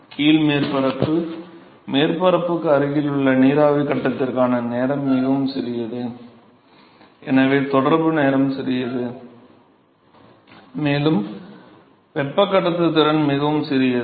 கீழ் மேற்பரப்புமேற்பரப்புக்கு அருகிலுள்ள நீராவி கட்டத்திற்கான நேரம் மிகவும் சிறியது எனவே தொடர்பு நேரம் சிறியது மேலும் வெப்பக் கடத்துத்திறன் மிகவும் சிறியது